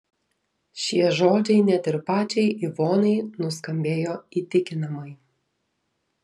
šie žodžiai net ir pačiai ivonai nuskambėjo įtikinamai